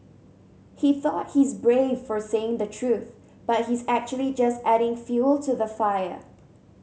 he thought he's brave for saying the truth but he's actually just adding fuel to the fire